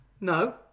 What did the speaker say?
No